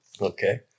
Okay